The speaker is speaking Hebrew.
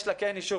יש לה כן אישור,